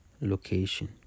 location